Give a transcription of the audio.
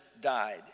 died